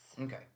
Okay